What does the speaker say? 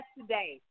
today